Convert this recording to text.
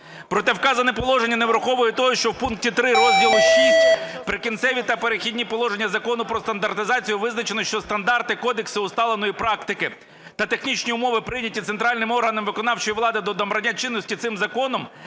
Проте вказане положення не враховує того, що в пункті 3 розділу VI "Прикінцеві та перехідні положення" Закону "Про стандартизацію" визначено, що стандарти, кодекси усталеної практики та технічні умови, прийняті центральним органом виконавчої влади до набрання чинності цим законом,